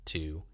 two